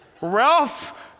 Ralph